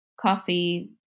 coffee